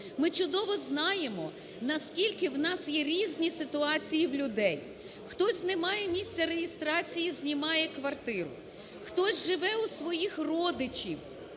Ми чудово знаємо наскільки у нас є різні ситуації в людей: хтось не має місця реєстрації, знімає квартиру, хтось живе у своїх родичів,